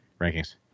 rankings